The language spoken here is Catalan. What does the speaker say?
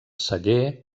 celler